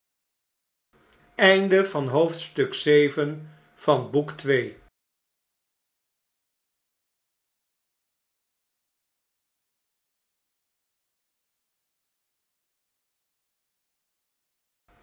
van het dierbare boek